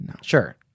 Sure